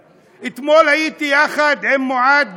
אתמול הייתי עם מועאד בשוק.